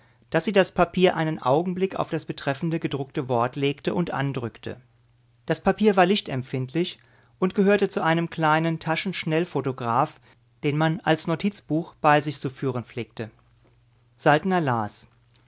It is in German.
daß sie das papier einen augenblick auf das betreffende gedruckte wort legte und andrückte das papier war lichtempfindlich und gehörte zu einem kleinen taschenschnellphotograph den man als notizbuch bei sich zu führen pflegte saltner las